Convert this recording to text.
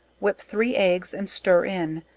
whip three eggs and stir in,